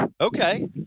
Okay